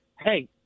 hey